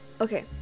Okay